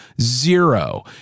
Zero